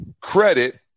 credit